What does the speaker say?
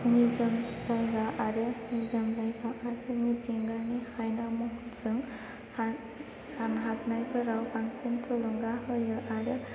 निजोम जायगा आरो निजोम जायगा आरो मिथिंगानि हायना महरजों सान हाबनायफोराव बांसिन थुलुंगा होयो आरो